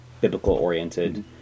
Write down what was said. biblical-oriented